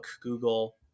Google